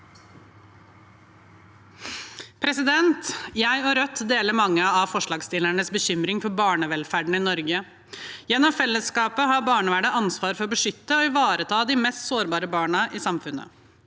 Jeg og Rødt deler mange av forslagsstillernes bekymringer for barnevelferden i Norge. Gjennom fellesskapet har barnevernet ansvar for å beskytte og ivareta de mest sårbare barna i samfunnet.